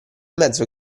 mezzo